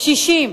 קשישים.